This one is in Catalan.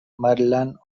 maryland